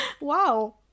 Wow